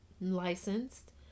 licensed